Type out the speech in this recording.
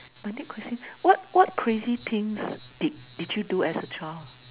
my next question what what crazy things did did you do as a child